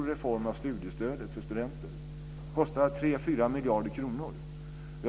Det kostar 3-4 miljarder kronor.